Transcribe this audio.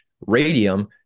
Radium